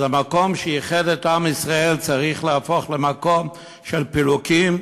אז המקום שייחד את עם ישראל צריך להפוך למקום של פילוגים?